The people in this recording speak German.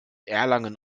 erlangen